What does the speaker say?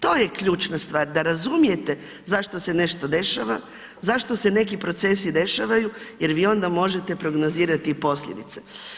To je ključna stvar da razumijete zašto se nešto dešava, zašto se neki procesi dešavaju jer vi onda možete prognozirati i posljedice.